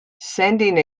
sending